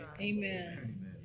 Amen